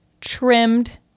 trimmed